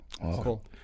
Cool